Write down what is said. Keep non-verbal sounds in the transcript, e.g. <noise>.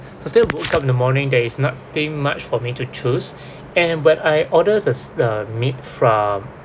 but still woke up in the morning there is nothing much for me to choose <breath> and when I order the s~ the meat from